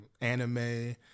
anime